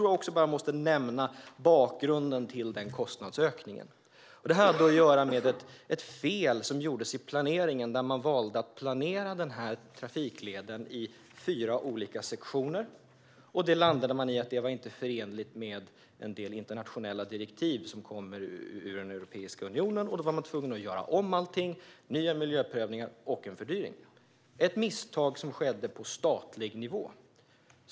Jag måste nämna bakgrunden. Det gjordes ett fel i planeringen. Man valde att planera trafikleden i fyra olika sektioner, men landade sedan i att detta inte var förenligt med en del internationella direktiv som kommer från Europeiska unionen. Då var man tvungen att göra om allting, med nya miljöprövningar och en fördyring. Det var ett misstag som skedde på statlig nivå.